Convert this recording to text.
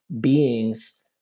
beings